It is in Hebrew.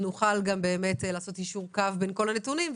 נוכל לעשות יישור קו בין כל הנתונים,